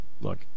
Look